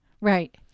right